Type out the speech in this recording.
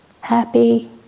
happy